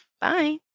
bye